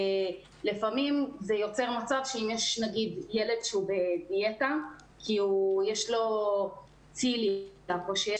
לפעמים זה יוצר מצב שאם יש נגיד ילד שהוא בדיאטה כי יש לו צליאק או שיש